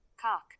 Cock